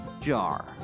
jar